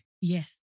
Yes